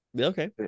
okay